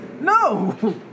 No